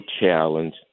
challenge